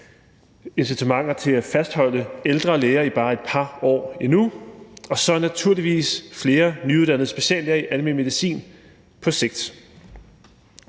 incitamenter til at fastholde ældre læger bare et par år endnu; og så er det naturligvis på sigt flere nyuddannede speciallæger i almen medicin.